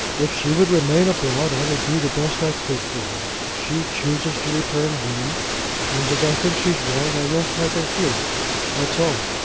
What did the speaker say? if she would remain abroad, i would do the best i could for her. she chooses to return home and as i think she's wrong, i won't have her here that's all.